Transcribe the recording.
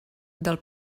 del